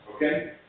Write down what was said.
Okay